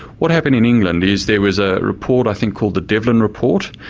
what happened in england is there was a report i think called the devlin report,